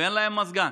ואין להם מזגן,